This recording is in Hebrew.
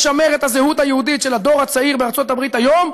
לשמר את הזהות היהודית של הדור הצעיר בארצות הברית היום,